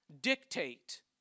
dictate